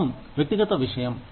మతం వ్యక్తిగత విషయం